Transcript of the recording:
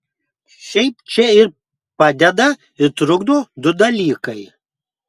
šiaip čia ir padeda ir trukdo du dalykai